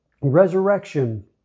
Resurrection